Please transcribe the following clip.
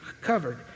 covered